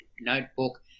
notebook